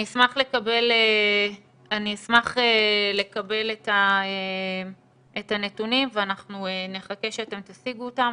אני אשמח לקבל את הנתונים ואנחנו נחכה שאתם תשיגו אותם,